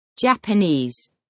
japanese